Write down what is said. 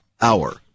hour